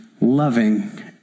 loving